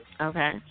Okay